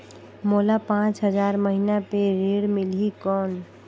मोला पांच हजार महीना पे ऋण मिलही कौन?